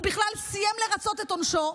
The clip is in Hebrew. הוא בכלל סיים לרצות את עונשו,